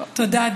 תודה,